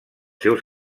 seus